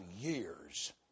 years